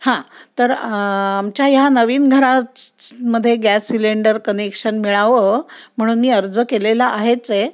हां तर आमच्या ह्या नवीन घरा मध्ये गॅस सिलेंडर कनेक्शन मिळावं म्हणून मी अर्ज केलेला आहेच आहे